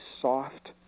soft